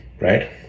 right